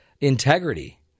integrity